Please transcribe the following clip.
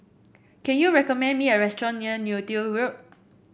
can you recommend me a restaurant near Neo Tiew Road